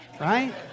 right